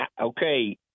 okay